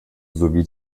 sowie